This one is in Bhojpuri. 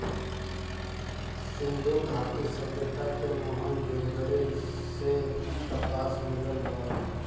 सिंधु घाटी सभ्यता के मोहन जोदड़ो से कपास मिलल बा